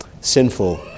sinful